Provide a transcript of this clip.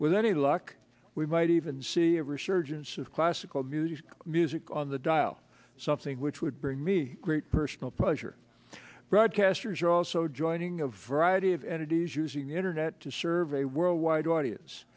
with any luck we might even see a resurgence of classical music music on the dial something which would bring me great personal pleasure broadcasters are also joining a variety of entities using the internet to serve a worldwide audience